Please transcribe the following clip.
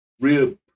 rib